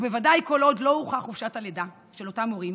ובוודאי כל עוד לא הוארכה חופשת הלידה של אותם הורים,